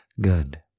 Good